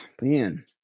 man